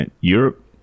Europe